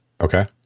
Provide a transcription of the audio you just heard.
Okay